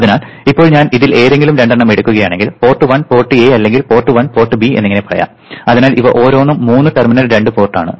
അതിനാൽ ഇപ്പോൾ ഞാൻ ഇതിൽ ഏതെങ്കിലും രണ്ടെണ്ണം എടുക്കുകയാണെങ്കിൽ പോർട്ട് 1 പോർട്ട് എ അല്ലെങ്കിൽ പോർട്ട് 1 പോർട്ട് ബി എന്നിങ്ങനെ പറയാം അതിനാൽ ഇവ ഓരോന്നും മൂന്ന് ടെർമിനൽ രണ്ട് പോർട്ട് ആണ്